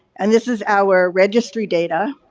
and this is our registry data.